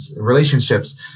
relationships